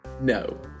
No